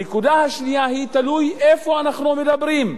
הנקודה השנייה היא, תלוי איפה אנחנו מדברים.